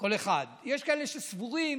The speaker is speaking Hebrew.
כל אחד, יש כאלה שסבורים